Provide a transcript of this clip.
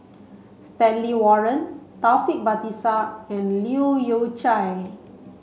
Stanley Warren Taufik Batisah and Leu Yew Chye